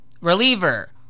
reliever